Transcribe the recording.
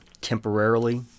temporarily